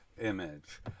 image